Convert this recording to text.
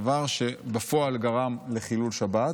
דבר שבפועל גרם לחילול שבת,